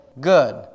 Good